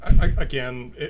Again